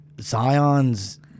Zion's –